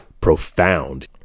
profound